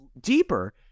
deeper